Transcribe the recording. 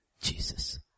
Jesus